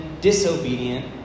disobedient